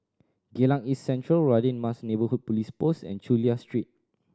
Geylang East Central Radin Mas Neighbourhood Police Post and Chulia Street